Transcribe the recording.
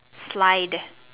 slide